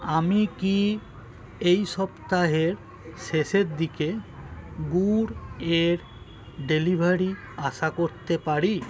আমি কি এই সপ্তাহের শেষের দিকে গুড় এর ডেলিভারি আশা করতে পারি